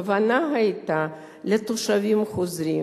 הכוונה היתה לתושבים חוזרים,